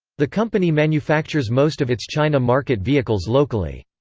the company manufactures most of its china market vehicles locally.